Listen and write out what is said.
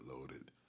loaded